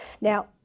Now